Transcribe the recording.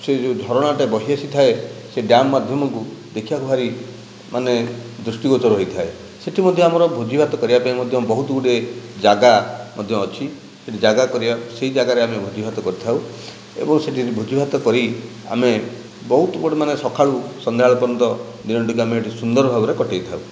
ସେ ଯେଉଁ ଝରଣାଟି ବହିଆସିଥାଏ ସେ ଡ୍ୟାମ ମାଧ୍ୟମକୁ ଦେଖିବାକୁ ଭାରି ମାନେ ଦୃଷ୍ଟିଗୋଚର ହୋଇଥାଏ ସେଇଠି ମଧ୍ୟ ଆମର ଭୋଜିଭାତ କରିବାପାଇଁ ମଧ୍ୟ ବହୁତ ଗୁଡ଼େ ଜାଗା ମଧ୍ୟ ଅଛି ଜାଗା କରିବା ସେହି ଜାଗାରେ ଆମେ ଭୋଜିଭାତ କରିଥାଉ ଏବଂ ସେଇଠି ଭୋଜିଭାତ କରି ଆମେ ବହୁତ ବଡ଼ ମାନେ ସକାଳୁ ସନ୍ଧ୍ୟାବେଳ ପର୍ଯ୍ୟନ୍ତ ଦିନଟିକୁ ଆମେ ଏଠି ସୁନ୍ଦର ଭାବରେ କଟେଇଥାଉ